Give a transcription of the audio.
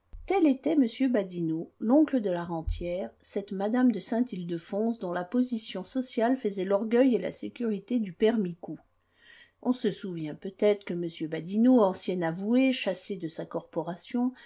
tel était m badinot l'oncle de la rentière cette mme de saint ildefonse dont la position sociale faisait l'orgueil et la sécurité du père micou on se souvient peut-être que m badinot ancien avoué chassé de sa corporation